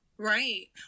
Right